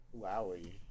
Wowie